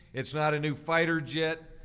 it's not a new fighter jet,